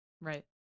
Right